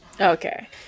Okay